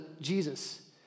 Jesus